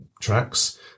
tracks